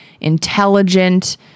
intelligent